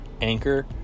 anchor